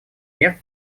мер